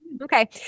Okay